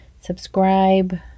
subscribe